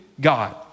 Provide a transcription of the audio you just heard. God